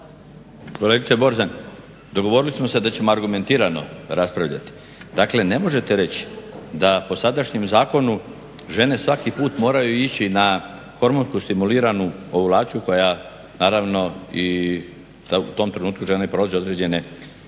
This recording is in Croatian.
Kolegice Borzan, dogovorili smo se da ćemo argumentirano raspravljati. Dakle ne možete reći da po sadašnjem zakonu žene svaki put moraju ići na hormonski stimuliranu ovulacija koja naravno i u tom trenutku žene prolaze određene i